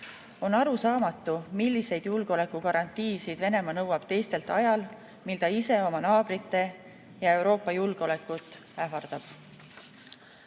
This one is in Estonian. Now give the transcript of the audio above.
On arusaamatu, milliseid julgeolekugarantiisid Venemaa nõuab teistelt ajal, mil ta ise oma naabrite ja Euroopa julgeolekut ähvardab. Euroopas